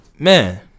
Man